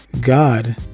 god